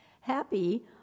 Happy